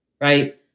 Right